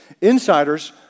Insiders